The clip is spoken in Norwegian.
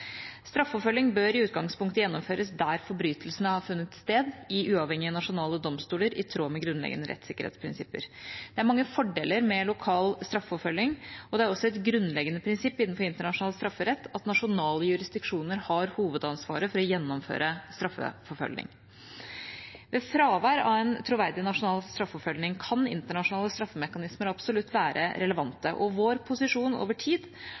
bør i utgangspunktet gjennomføres der forbrytelsene har funnet sted, i uavhengige nasjonale domstoler i tråd med grunnleggende rettssikkerhetsprinsipper. Det er mange fordeler med lokal straffeforfølging, og det er også et grunnleggende prinsipp innenfor internasjonal strafferett at nasjonale jurisdiksjoner har hovedansvaret for å gjennomføre straffeforfølging. Ved fravær av en troverdig nasjonal straffeforfølging kan internasjonale straffemekanismer absolutt være relevant, og vår posisjon over tid